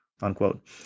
unquote